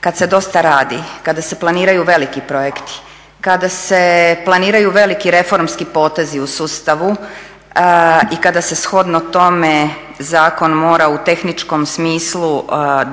Kada se dosta radi, kada se planiraju veliki projekti, kada se planiraju veliki reformski potezi u sustavu i kada se shodno tome zakon mora u tehničkom smislu